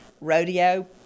rodeo